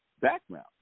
background